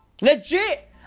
Legit